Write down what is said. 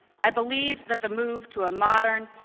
i believe that the mover to a modern,